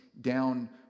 down